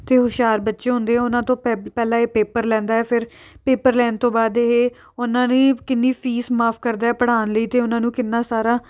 ਜੋ ਹੁਸ਼ਿਆਰ ਬੱਚੇ ਹੁੰਦੇ ਆ ਉਹਨਾਂ ਤੋਂ ਪਬ ਪਹਿਲਾਂ ਇਹ ਪੇਪਰ ਲੈਂਦਾ ਹੈ ਫਿਰ ਪੇਪਰ ਲੈਣ ਤੋਂ ਬਾਅਦ ਇਹ ਉਹਨਾਂ ਦੀ ਕਿੰਨੀ ਫੀਸ ਮਾਫ ਕਰਦਾ ਪੜ੍ਹਾਉਣ ਲਈ ਅਤੇ ਉਹਨਾਂ ਨੂੰ ਕਿੰਨਾ ਸਾਰਾ